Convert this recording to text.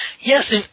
Yes